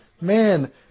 Man